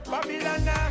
Babylon